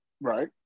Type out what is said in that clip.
Right